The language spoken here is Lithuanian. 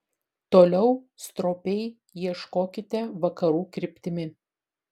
toliau stropiai ieškokite vakarų kryptimi